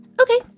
Okay